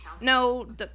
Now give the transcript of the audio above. No